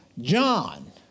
John